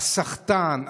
הסחטן,